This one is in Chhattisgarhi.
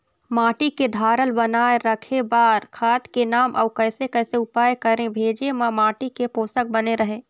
माटी के धारल बनाए रखे बार खाद के नाम अउ कैसे कैसे उपाय करें भेजे मा माटी के पोषक बने रहे?